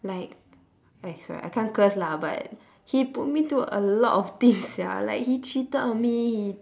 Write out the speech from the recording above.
like eh sorry I can't curse lah but he put me through a lot of things sia like he cheated on me